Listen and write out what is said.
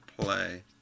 play